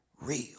real